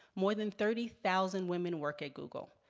more than thirty thousand women work at google,